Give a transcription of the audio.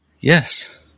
Yes